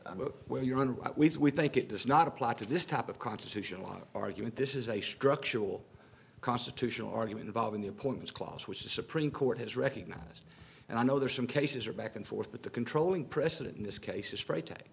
but where you are on what we think it does not apply to this type of constitutional argument this is a structural constitutional argument involving the appointments clause which the supreme court has recognized and i know there are some cases are back and forth but the controlling precedent in this case is fright